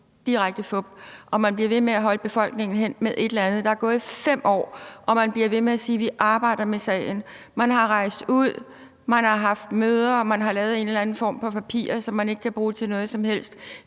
og man bliver ved med at holde befolkningen hen med et eller andet. Der er gået 5 år, og man bliver ved med at sige, at vi arbejder med sagen. Man er rejst ud, man har haft møder, og man har lavet en eller anden form for papirer, som man ikke kan bruge til noget som helst.